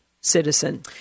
citizen